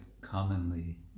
commonly